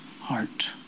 heart